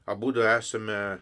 abudu esame